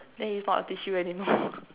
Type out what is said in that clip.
then it's not a tissue anymore